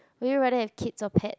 will you rather have kids or pet